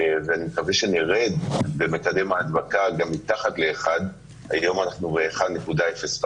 ואני מקווה שנרד במקדם ההדבקה גם מתחת ל-1% היום אנחנו ב-1.5%,